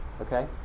Okay